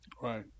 Right